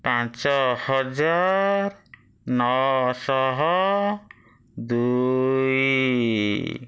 ପାଞ୍ଚ ହଜାର ନଅଶହ ଦୁଇ